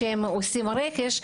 כשהם עושים רכש,